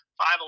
Five